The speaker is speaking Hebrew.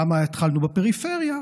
למה התחלנו בפריפריה?